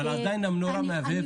אבל עדיין הנורה מהבהבת.